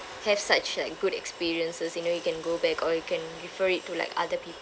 have such like good experiences you know you can go back or you can refer it to like other people